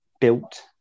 built